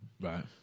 Right